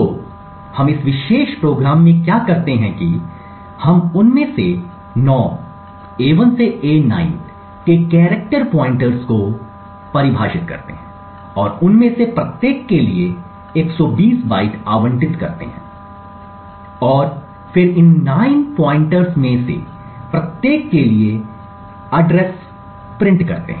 तो हम इस विशेष कार्यक्रम में क्या करते हैं कि हम उनमें से 9 a1 से a9 के कैरेक्टर पॉइंटरस को परिभाषित करते हैं और उनमें से प्रत्येक के लिए 120 बाइट आवंटित करते हैं और फिर इन 9 पॉइंटरस में से प्रत्येक के लिए पते प्रिंट करते हैं